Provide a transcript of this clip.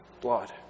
Blood